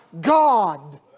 God